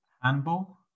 Handball